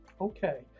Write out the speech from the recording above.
Okay